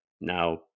Now